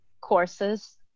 courses